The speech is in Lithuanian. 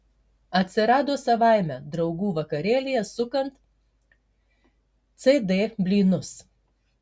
atsirado savaime draugų vakarėlyje sukant cd blynus